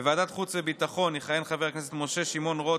בוועדת החוץ והביטחון יכהן חבר הכנסת משה שמעון רוט